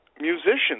musicians